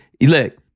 Look